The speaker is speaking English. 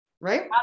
Right